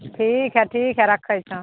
ठीक हए ठीक हए रखैत छियै